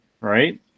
right